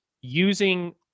using